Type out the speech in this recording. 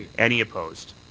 any opposed?